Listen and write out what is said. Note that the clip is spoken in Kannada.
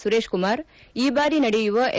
ಸುರೇಶ್ ಕುಮಾರ್ ಈ ಬಾರಿ ನಡೆಯುವ ಎಸ್